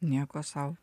nieko sau